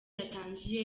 yatangiye